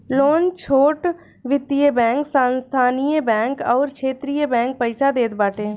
loan छोट वित्तीय bank, स्थानीय बैंक अउरी क्षेत्रीय बैंक पईसा देत बाटे